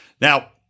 Now